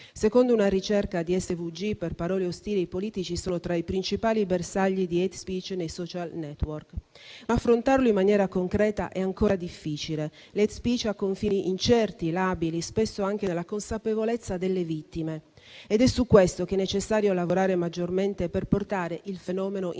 Secondo una ricerca di SWG per parole ostili i politici sono tra i principali bersagli di *hate speech* nei *social network*, ma affrontarlo in maniera concreta è ancora difficile. L'*hate speech* ha confini incerti e labili, spesso anche nella consapevolezza delle vittime, ed è su questo che è necessario lavorare maggiormente per portare il fenomeno in